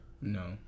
No